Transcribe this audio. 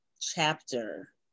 chapter